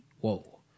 whoa